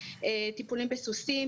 טיפולים בסוסים,